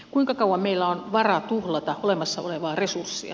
kuinka kauan meillä on varaa tuhlata olemassa olevaa resurssia